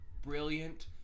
brilliant